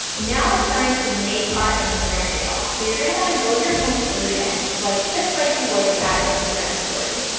now it's time to make our instagram reel. so you're going to want to go to your home feed and swipe just like you would to add an instagram story.